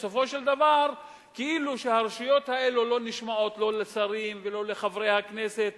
ובסופו של דבר כאילו הרשויות האלה לא נשמעות לא לשרים ולא לחברי הכנסת,